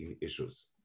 issues